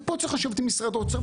ופה צריך לשבת עם משרד האוצר,